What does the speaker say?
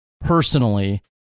personally